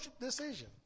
decision